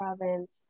province